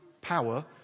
power